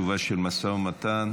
משא ומתן,